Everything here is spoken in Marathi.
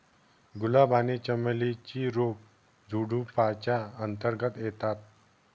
गुलाब आणि चमेली ची रोप झुडुपाच्या अंतर्गत येतात